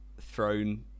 thrown